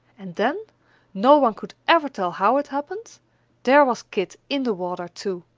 and then no one could ever tell how it happened there was kit in the water, too,